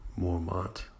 Mormont